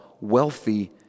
wealthy